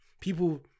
people